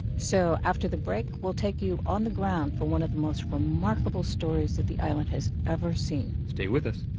so after the break, we'll take you on the ground for one of the most remarkable stories that the island has ever seen stay with us